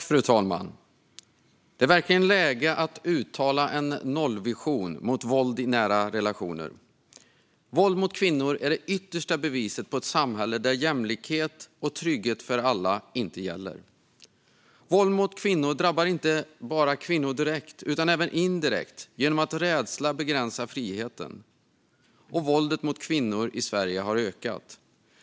Fru talman! Det är verkligen läge att uttala en nollvision mot våld i nära relationer. Våld mot kvinnor är det yttersta beviset på ett samhälle där jämlikhet och trygghet för alla inte gäller. Våld mot kvinnor drabbar kvinnor inte bara direkt utan även indirekt genom att rädsla begränsar friheten. Våldet mot kvinnor i Sverige har ökat.